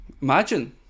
imagine